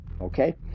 Okay